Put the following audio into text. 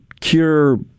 cure